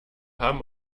haben